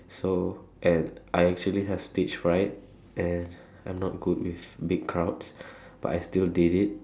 so and I actually have stage fright and I'm not good with big crowds but I still did it